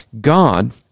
God